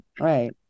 right